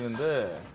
and did